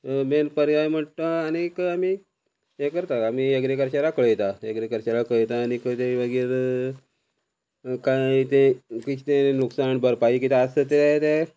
main पर्याय म्हणटा आनीक आमी हे करता आमी एग्रीकल्चराक कळयता एग्रिकल्चराक कळयता आनीक ते मागीर कांय ते कितें नुकसाण भरपायी कितें आसता तें ते